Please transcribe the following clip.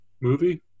movie